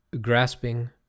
grasping